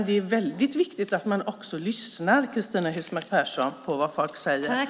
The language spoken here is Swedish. Det är väldigt viktigt att man också lyssnar på vad folk säger, Cristina Husmark Pehrsson.